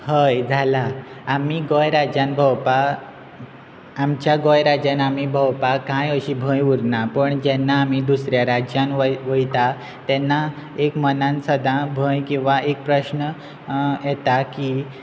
हय जाला आमी गोंय राज्यान भोंवपाक आमच्या गोंय राज्यान आमी भोंवपाक कांय असो भंय उरना पूण जेन्ना आमी दुसऱ्या राज्यांत वता तेन्ना एक मनांत सदांच भंय किंवां एक प्रश्न येता की